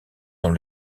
dans